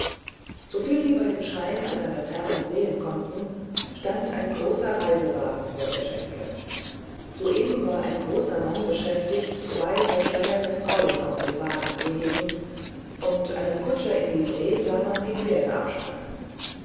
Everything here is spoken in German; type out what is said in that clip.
soviel sie bei dem schein einer laterne sehen konnten stand ein großer reisewagen vor der schenke soeben war ein großer mann beschäftigt zwei verschleierte frauen aus dem wagen zu heben und einen kutscher in livree sah man die pferde abspannen